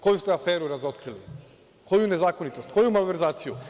Koju ste aferu razotkrili, koju nezakonitost, koju malverzaciju?